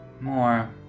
more